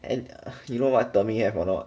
and err you know what 德明 have a not